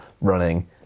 running